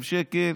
5,000-4,000 שקל,